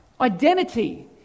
Identity